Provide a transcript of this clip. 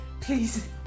please